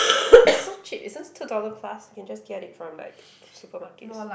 it's so cheap it's just two dollar plus you can just get it from like supermarkets